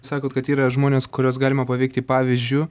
sakot kad yra žmonės kuriuos galima paveikti pavyzdžiu